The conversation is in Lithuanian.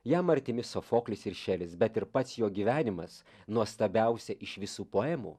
jam artimi sofoklis ir šelis bet ir pats jo gyvenimas nuostabiausia iš visų poemų